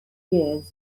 years